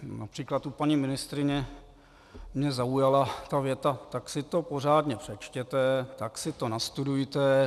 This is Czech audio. Například u paní ministryně mě zaujala věta: Tak si to pořádně přečtěte, tak si to nastudujte.